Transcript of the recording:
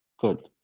Good